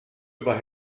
über